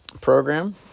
program